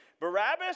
Barabbas